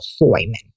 employment